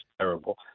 terrible